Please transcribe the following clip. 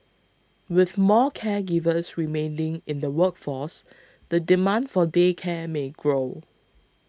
with more caregivers remaining in the workforce the demand for day care may grow